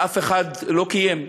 ואף אחד לא קיים.